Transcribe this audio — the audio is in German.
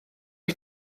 ich